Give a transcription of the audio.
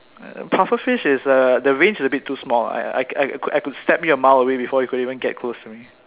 puffer fish is err the range is a bit too small I I I could I could stab you a mile away before you could even get close to me